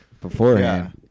beforehand